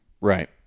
Right